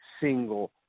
single